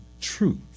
truth